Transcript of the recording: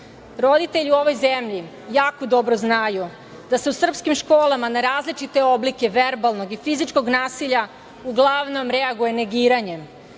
itd. Roditelji u ovoj zemlji jako dobro znaju da se u srpskim školama na različite oblike verbalnog i fizičkog nasilja uglavnom reaguje negiranjem,